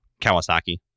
Kawasaki